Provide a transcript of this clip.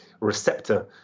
receptor